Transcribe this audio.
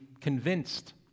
convinced